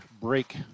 break